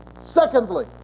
Secondly